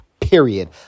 period